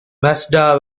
mazda